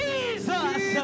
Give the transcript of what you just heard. Jesus